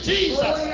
Jesus